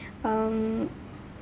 um